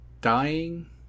dying